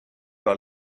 par